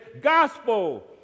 gospel